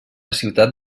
ciutat